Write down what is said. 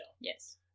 Yes